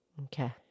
Okay